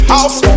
House